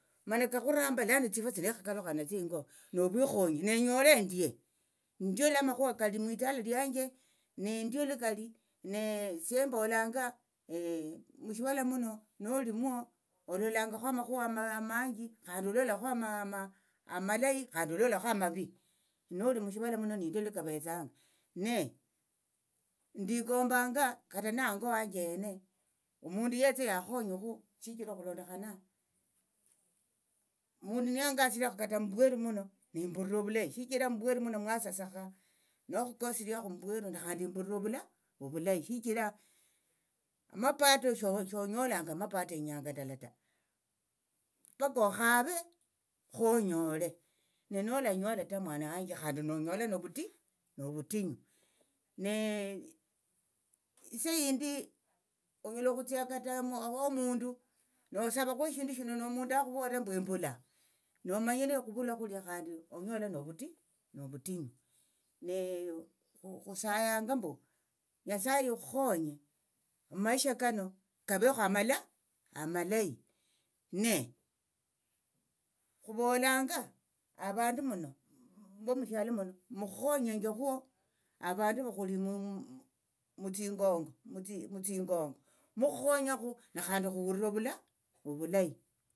Mana kakhuramba lano tsifwa tsino nekhakalukha natsio hingo novwikhonyi nenyole endie nindio lwa amakhuwa kali mwitala lianje nindio likali sie embolanga mushivala muno nolimwo ololangakho amakhuwa amanji khandi ololakhu amavi noli mushivala muno nindio lukavetsanga ne ndikombanga kata nango wanje hene omundu yetse yakhonyekhu shichira okhulondokhana omundu niyangasiriakhu kata mumbweru muno nembulira ovulayi shichira mumbweru muno mwasasikha nakhukasiriakhu mumbweru nekhandi imbulira ovulayi shichira amapato shonyolanga amapato inyanga ndala ta paka okhave khonyole nenolanyola ta mwana wanje khandi nonyola novutinyu isa yindi onyala okhutsia kata womundu nosavakhu eshindu shino nomundu akhuvolera mbu embula nomanyire okhurala khulia khandi onyola novutinyu khusayanga mbu nyasaye ikhukhonye avandu muno vomushalo muno mukhukhonyenjekhwo avandu vakhuli mutsingongo mutsi mutsingongo mukhonyakhu nekhandi khuhulira ovula ovulayi.